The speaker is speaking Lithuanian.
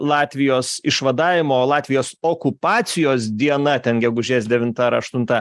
latvijos išvadavimo o latvijos okupacijos diena ten gegužės devinta ar aštunta